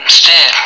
stay